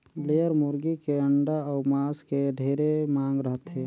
layer मुरगी के अंडा अउ मांस के ढेरे मांग रहथे